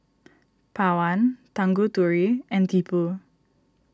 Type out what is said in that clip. Pawan Tanguturi and Tipu